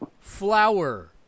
Flower